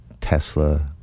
Tesla